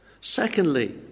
Secondly